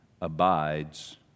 abides